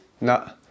No